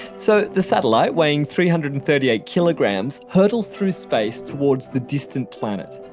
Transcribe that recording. so the satellite weighing three hundred and thirty eight kilograms hurdles through space towards the distant planet,